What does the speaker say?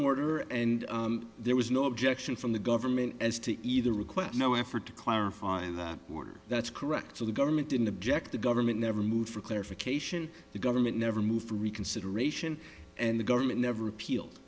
order and there was no objection from the government as to either request no effort to clarify that's correct so the government didn't object the government never moved for clarification the government never moved for reconsideration and the government never appealed